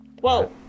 Whoa